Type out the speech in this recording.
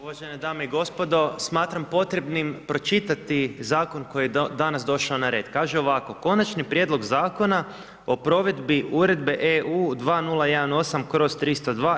Uvažene dame i gospodo smatram potrebnim pročitati zakon koji je danas došao na red kaže ovako, Konačni prijedlog Zakona o provedbi Uredbe EU 2018/